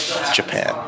Japan